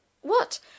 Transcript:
What